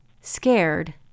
scared